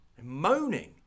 Moaning